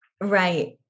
Right